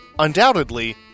Undoubtedly